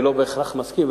אני לא בהכרח מסכים,